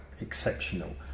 exceptional